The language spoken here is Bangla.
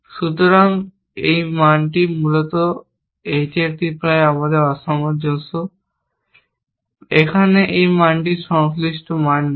সুতরাং এই মানটি ব্যতীত এটি প্রায় আমাদের সামঞ্জস্য এখানে এই মানটির সংশ্লিষ্ট মান নেই